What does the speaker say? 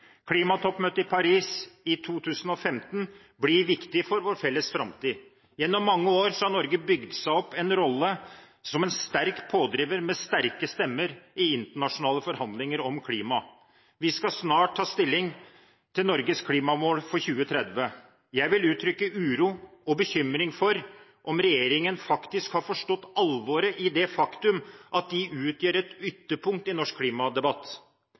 Klimatoppmøtet i Paris i 2015 blir viktig for vår felles framtid. Gjennom mange år har Norge bygd seg opp en rolle som en sterk pådriver med sterke stemmer i internasjonale forhandlinger om klima. Vi skal snart ta stilling til Norges klimamål for 2030. Jeg vil uttrykke uro og bekymring for om regjeringen faktisk har forstått alvoret i det faktum at de utgjør et ytterpunkt i norsk klimadebatt.